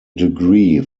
degree